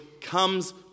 comes